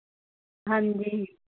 ਹਾਂਜੀ